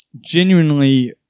genuinely